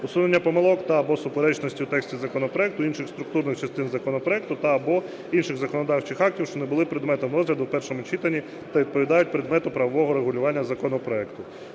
усунення помилок та/або суперечностей у тексті законопроекту інших структурних частин законопроекту та або інших законодавчих актів, що не були предметом розгляду в першому читанні та відповідають предмету правового регулювання законопроекту.